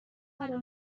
قرار